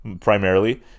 primarily